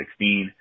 2016